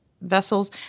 vessels